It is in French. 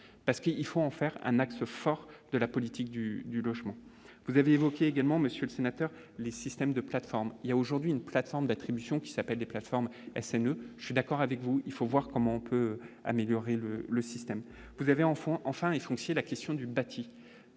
parce qu'il faut en faire un axe fort de la politique du logement, vous avez évoqué également monsieur le sénateur, les systèmes de plateformes, il y a aujourd'hui une plateforme d'attribution qui s'appelle des plateformes je d'accord avec vous, il faut voir comment on peut améliorer le le système, vous avez en enfant enfin, ils